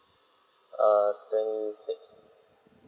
err twenty six